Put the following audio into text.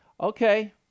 okay